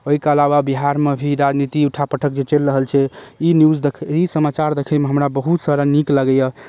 ओइके अलावा बिहारमे भी राजनीति उठा पटक जे चलि रहल छै ई न्यूज देख ई समाचार देखैमे हमरा बहुत सारा नीक लागैए